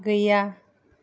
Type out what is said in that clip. गैया